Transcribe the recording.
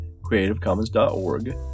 creativecommons.org